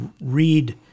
read